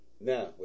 Now